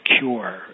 cure